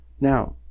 now